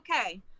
okay